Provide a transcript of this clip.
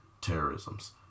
terrorisms